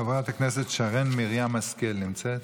חברת הכנסת שרן מרים השכל נמצאת?